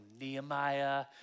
Nehemiah